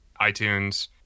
iTunes